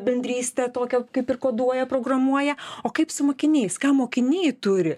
bendrystę tokią kaip ir koduoja programuoja o kaip su mokiniais ką mokiniai turi